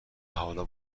حالا